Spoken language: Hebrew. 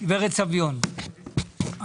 גב' סביון,